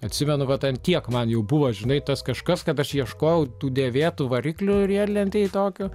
atsimenu vat ant tiek man jau buvo žinai tas kažkas kad aš ieškojau tų dėvėtų variklių riedlentei tokių